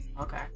okay